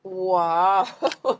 !wow!